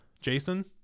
Jason